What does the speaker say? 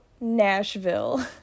Nashville